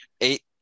eight